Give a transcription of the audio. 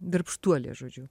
darbštuolė žodžiu